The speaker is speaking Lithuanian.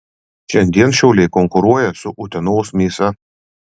šiandien šiauliai konkuruoja su utenos mėsa